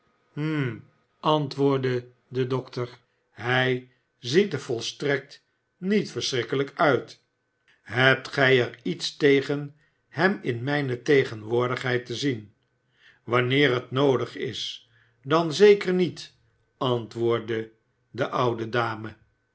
hm antwoordde de dokter hij ziet er volstrekt niet verschrikkelijk uit hebt gij er iets tegen hem in mijne tegenwoordigheid te zien wanneer het noodig is dan zeker niet antwoordde de oude dame